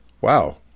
wow